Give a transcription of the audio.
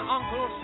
Uncle